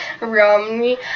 Romney